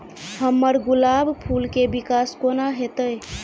हम्मर गुलाब फूल केँ विकास कोना हेतै?